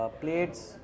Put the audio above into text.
Plates